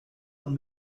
man